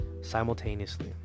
simultaneously